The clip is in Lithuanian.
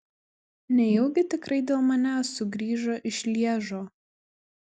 nejaugi tikrai dėl manęs sugrįžo iš lježo